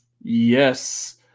Yes